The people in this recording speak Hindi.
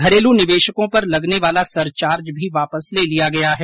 घरेलू निवेशकों पर लगने वाला सरचार्ज भी वापस ले लिया गया है